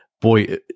boy